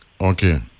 Okay